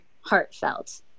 heartfelt